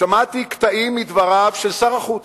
שמעתי קטעים מדבריו של שר החוץ.